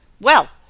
Well